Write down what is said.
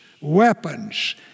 weapons